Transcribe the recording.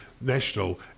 national